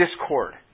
discord